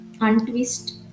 untwist